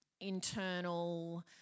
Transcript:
internal